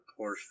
Porsche